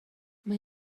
mae